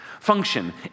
function